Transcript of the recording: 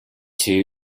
two